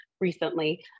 recently